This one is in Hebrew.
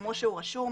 כמו שהוא רשום.